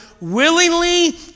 willingly